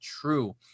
true